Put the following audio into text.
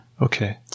Okay